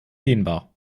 dehnbar